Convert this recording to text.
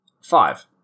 Five